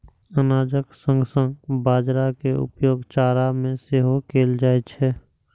अनाजक संग संग बाजारा के उपयोग चारा मे सेहो कैल जाइ छै